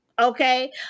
okay